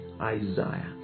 isaiah